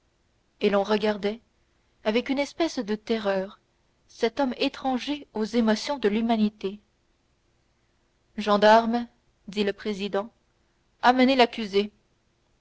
et l'on regardait avec une espèce de terreur cet homme étranger aux émotions de l'humanité gendarmes dit le président amenez l'accusé